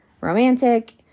romantic